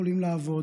הם יכולים לעבוד,